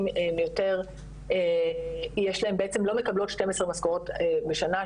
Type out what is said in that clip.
יותר יש להן בעצם לא מקבלות 12 משכורות בשנה,